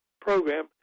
program